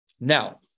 Now